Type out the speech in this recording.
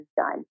done